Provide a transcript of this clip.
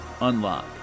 unlock